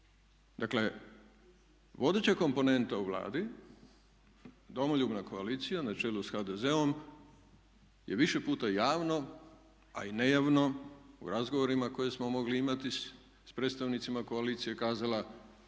Dakle, vodeća komponenta u Vladi Domoljubna koalicija na čelu s HDZ-om je više puta javno a i nejavno u razgovorima koje smo mogli imati s predstavnicima koalicije kazala